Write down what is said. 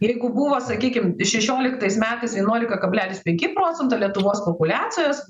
jeigu buvo sakykim šešioliktais metais vienuolika kablelis penki procento lietuvos populiacijos